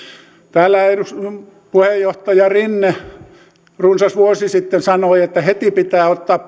täällä puheenjohtaja rinne runsas vuosi sitten sanoi että heti pitää ottaa